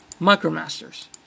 MicroMasters